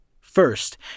First